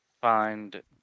find